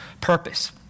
purpose